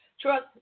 Trust